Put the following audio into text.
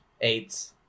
eight